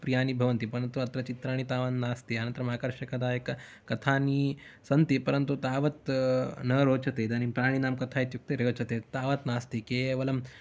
प्रियाणि भवन्ति परन्तु अत्र चित्राणि तावन्नास्ति अनन्तरम् आकर्षकदायक कथानि सन्ति परन्तु तावत् न रोचते इदानीं प्राणिनां कथा इत्युक्ते रोचते तावत् नास्ति केवलं